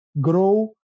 grow